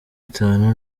itanu